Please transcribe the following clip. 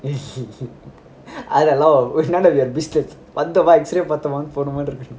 அதுலாம் உன்னோட:adhulam unnoda webistance வந்தமா:vanthama X ray பார்த்தோமா போனமான்னு இருக்கனும்:parthoma ponamaanu irukanum